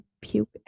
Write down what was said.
puke